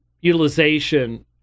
utilization